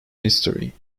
history